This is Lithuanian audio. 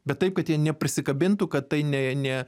bet taip kad jie neprisikabintų kad tai ne ne